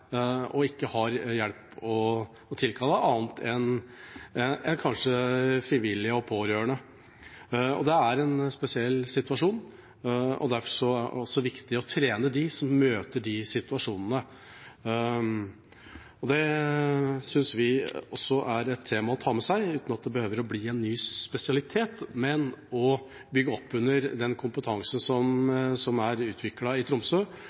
og ikke har annen hjelp å tilkalle enn frivillige og pårørende. Det er en spesiell situasjon, og derfor er det viktig å trene dem som møter de situasjonene. Det synes vi også er et tema å ta med seg uten at det behøver å bli en ny spesialitet, men man bør bygge opp under den kompetansen som er utviklet i Tromsø,